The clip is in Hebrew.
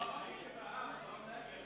הייתי בעד ולא נגד.